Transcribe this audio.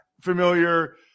familiar